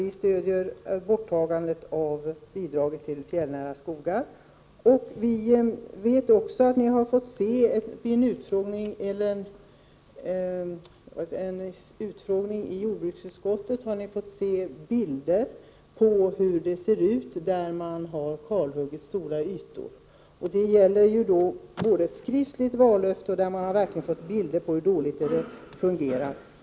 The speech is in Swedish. Vi stöder borttagande av bidragen till bilvägar i fjällnära skogar. Jag vet att jordbruksutskottets ledamöter vid en utfrågning har fått se bilder av hur det ser ut där man har kalhuggit stora ytor. Här gäller det ett skriftligt vallöfte, och dessutom finns det alltså bilder på hur dåligt det fungerar.